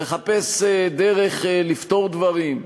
לחפש דרך לפתור דברים,